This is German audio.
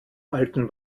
alten